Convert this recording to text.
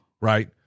Right